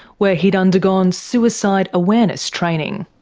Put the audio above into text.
where he'd undergone suicide awareness training.